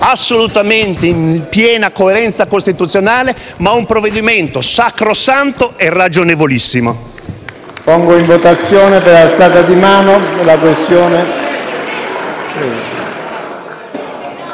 assolutamente in piena coerenza costituzionale, ma di un provvedimento sacrosanto e ragionevolissimo.